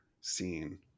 scene